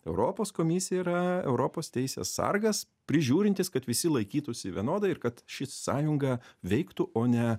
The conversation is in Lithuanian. europos komisija yra europos teisės sargas prižiūrintis kad visi laikytųsi vienodai ir kad ši sąjunga veiktų o ne